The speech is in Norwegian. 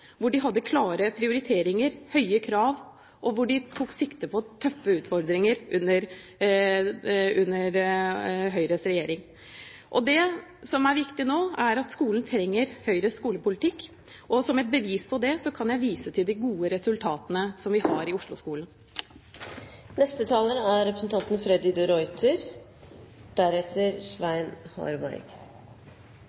hvor man hadde klare prioriteringer og høye krav, og hvor man tok sikte på tøffe utfordringer. Skolen trenger Høyres skolepolitikk – det er det som er viktig nå. Som et bevis på det kan jeg vise til de gode resultatene som vi har i Oslo-skolen. Aller først vil jeg gjerne kommentere litt av den foregående talers historieskriving. Nå taler